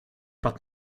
padł